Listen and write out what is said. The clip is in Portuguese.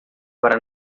para